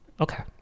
Okay